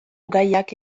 gaiak